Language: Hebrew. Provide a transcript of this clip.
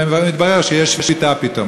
ומתברר שיש שביתה פתאום.